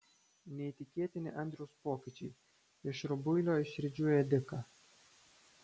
neįtikėtini andriaus pokyčiai iš rubuilio į širdžių ėdiką